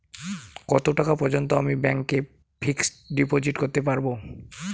কত টাকা পর্যন্ত আমি ব্যাংক এ ফিক্সড ডিপোজিট করতে পারবো?